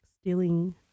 stealing